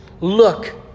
Look